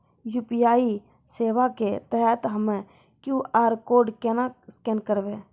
UPI सेवा के तहत हम्मय क्यू.आर कोड केना स्कैन करबै?